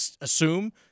assume